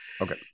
Okay